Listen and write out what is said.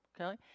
okay